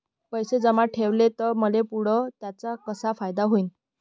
पैसे जमा ठेवले त मले पुढं त्याचा कसा फायदा होईन?